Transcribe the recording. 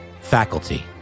faculty